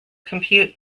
compute